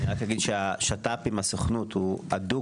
רק אומר שהשת"פ עם הסוכנות הוא הדוק.